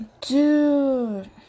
Dude